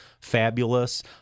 fabulous